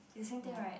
is the same thing right